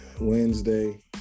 Wednesday